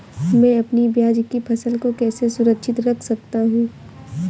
मैं अपनी प्याज की फसल को कैसे सुरक्षित रख सकता हूँ?